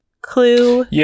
clue